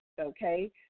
okay